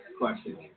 question